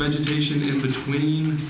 vegetation in between